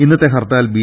ഇന്നത്തെ ഹർത്താൽ ബി